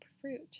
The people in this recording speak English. fruit